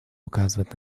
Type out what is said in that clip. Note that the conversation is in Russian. указывает